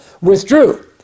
withdrew